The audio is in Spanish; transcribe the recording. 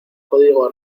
código